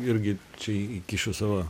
irgi čia į įkišiu savo